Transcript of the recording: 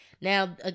Now